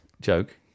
joke